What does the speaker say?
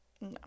no